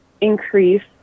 increase